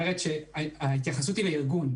ההתייחסות בה היא לארגון,